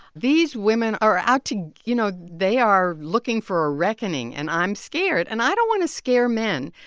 these women are out to you know, they are looking for a reckoning. and i'm scared. and i don't want to scare men.